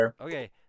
Okay